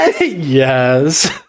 Yes